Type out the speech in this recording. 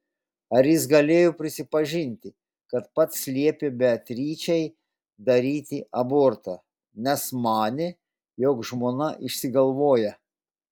ar jis galėjo prisipažinti kad pats liepė beatričei daryti abortą nes manė jog žmona išsigalvoja